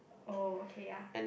oh okay ya